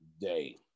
day